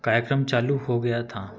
कार्यक्रम चालू हो गया था